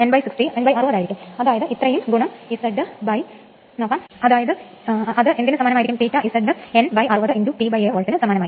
ചിലപ്പോൾ സ്ഥിരമായ വേഗത എന്നാൽ സമന്വയ വേഗത എന്നാണ് അർത്ഥമാക്കുന്നത്